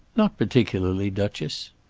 not particularly, duchess.